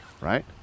Right